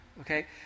okay